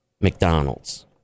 McDonald's